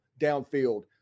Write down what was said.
downfield